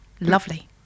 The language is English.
Lovely